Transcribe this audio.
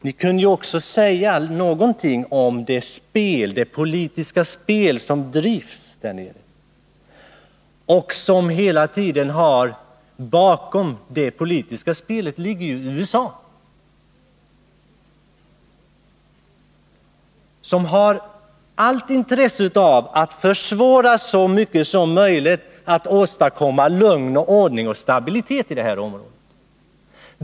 Ni kunde ju också säga någonting om det politiska spel som bedrivs där nere och om att bakom detta spel ligger USA, som har allt intresse av att försvåra så mycket som möjligt när det gäller att åstadkomma lugn och stabilitet i det här området.